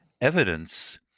evidence